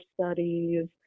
studies